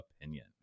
opinion